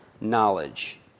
knowledge